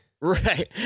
Right